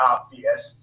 Obvious